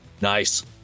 nice